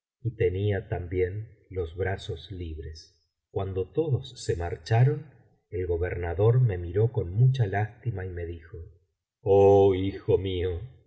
y tenía también los brazos libres cuando todos se marcharon el gobernador me miró con mucha lástima y me dijo oh hijo mío